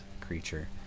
creature